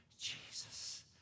Jesus